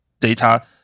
data